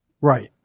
Right